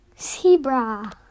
Zebra